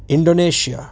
Indonesia